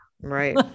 Right